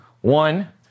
One